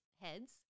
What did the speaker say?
heads